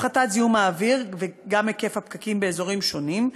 הפחתת זיהום האוויר וגם היקף הפקקים באזורים השונים,